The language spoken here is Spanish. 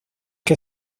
que